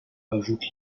ajoute